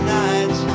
nights